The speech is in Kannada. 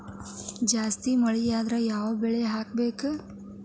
ಜಾಸ್ತಿ ಮಳಿ ಆದ್ರ ಯಾವ ಬೆಳಿ ಹಾಕಬೇಕು?